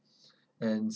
and